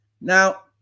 Now